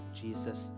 jesus